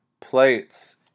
plates